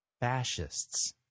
fascists